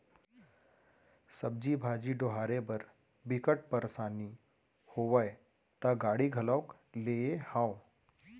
सब्जी भाजी डोहारे बर बिकट परसानी होवय त गाड़ी घलोक लेए हव